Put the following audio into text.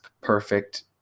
perfect